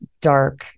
dark